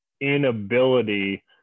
inability